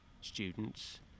students